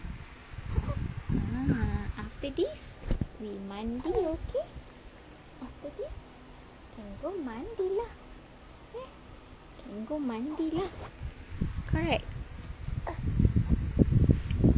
aura after this we mandi okay after this can go mandi lah can go mandi lah correct